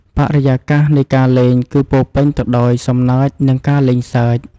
បរិយាកាសនៃការលេងគឺពោរពេញទៅដោយសំណើច និងការលេងសើច។